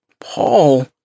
Paul